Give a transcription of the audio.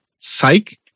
Psych